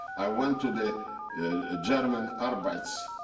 i went to the german arbeitz.